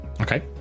okay